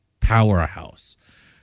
powerhouse